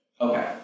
Okay